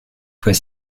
fois